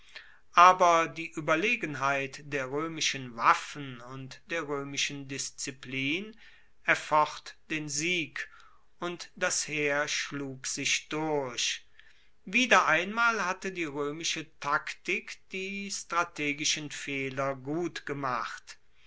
aber die ueberlegenheit der roemischen waffen und der roemischen disziplin erfocht den sieg und das heer schlug sich durch wieder einmal hatte die roemische taktik die strategischen fehler gutgemacht